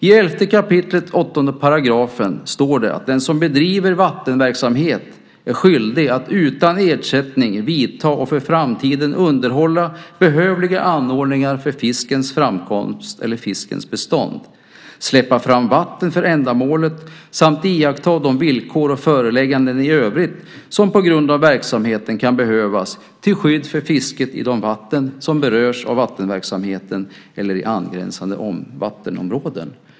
I 11 kap. 8 § står det att den som bedriver vattenverksamhet är skyldig att utan ersättning vidta och för framtiden underhålla behövliga anordningar för fiskens framkomst eller fiskens bestånd, släppa fram vatten för ändamålet samt iaktta de villkor och förelägganden i övrigt som på grund av verksamheten kan behövas till skydd för fisket i de vatten som berörs av vattenverksamheten eller i angränsande vattenområden.